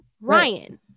Ryan